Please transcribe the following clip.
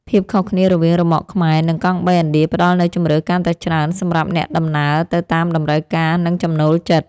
ភាពខុសគ្នារវាងរ៉ឺម៉កខ្មែរនិងកង់បីឥណ្ឌាផ្តល់នូវជម្រើសកាន់តែច្រើនសម្រាប់អ្នកដំណើរទៅតាមតម្រូវការនិងចំណូលចិត្ត។